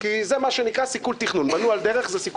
אתם יכולים לראות את חלקת המגורים בנווה ימין,